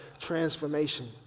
transformation